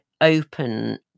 open